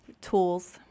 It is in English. tools